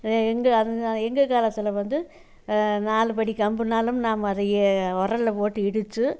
எங்கள் அது எங்கள் காலத்தில் வந்து நாலு படி கம்புனாலும் நாம அதையே உரல்ல போட்டு இடிச்சு